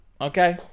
Okay